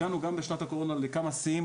הגענו גם בשנת הקורונה לכמה שיאים